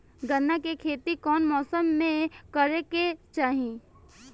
गन्ना के खेती कौना मौसम में करेके चाही?